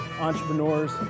entrepreneurs